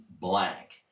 black